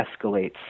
escalates